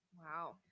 wow